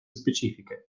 specifiche